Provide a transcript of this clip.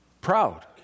proud